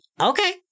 Okay